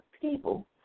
people